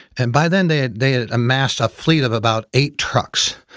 and by then they ah they had amassed a fleet of about eight trucks.